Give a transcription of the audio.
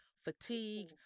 fatigue